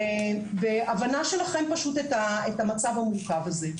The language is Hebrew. ונרצה את ההבנה שלכם למצב המורכב הזה.